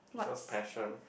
because passion